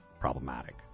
problematic